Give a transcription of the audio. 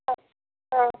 ಹಾಂ ಹಾಂ